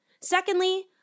Secondly